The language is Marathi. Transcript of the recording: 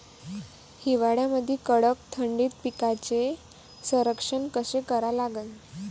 हिवाळ्यामंदी कडक थंडीत पिकाचे संरक्षण कसे करा लागन?